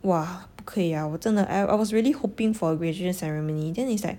!wah! 不可以 ah 我真的 I I was really hoping for a graduation ceremony then is like